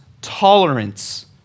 tolerance